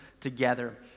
together